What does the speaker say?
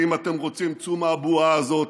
ואם אתם רוצים, צאו מהבועה הזאת.